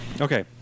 Okay